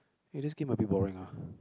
eh this game a bit boring ah